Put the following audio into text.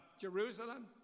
Jerusalem